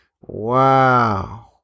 Wow